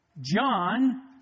John